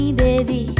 baby